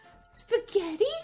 Spaghetti